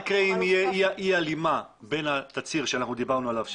מה יקרה אם תהיה אי הלימה בין התצהיר שדיברנו עליו,